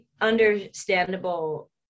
Understandable